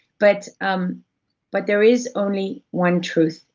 but um but there is only one truth,